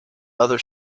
other